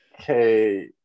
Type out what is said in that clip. Okay